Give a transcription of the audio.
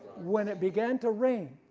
when it began to rain,